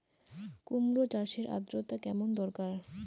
কুমড়ো চাষের আর্দ্রতা কেমন দরকার?